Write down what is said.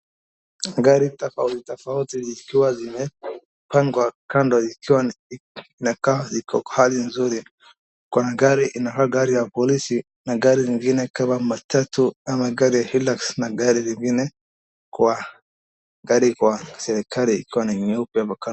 Gari tofauti tofauti zikiwa zimepangwa kando ikiwa ni inakaa iko kwa hali nzuri. Kuna gari inakaa gari ya polisi na gari ingine kama matatu ama gari ya Hilux na gari ingine kwa gari kwa serikali ikiwa ni nyeupe hapo kando.